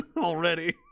already